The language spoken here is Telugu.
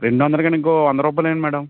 రెండొందలకన్నా ఇంకో వంద రూపాయలు వెయ్యండి మ్యాడమ్